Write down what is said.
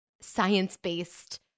science-based